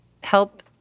help